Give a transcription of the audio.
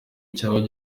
cyangwa